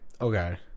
Okay